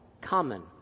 common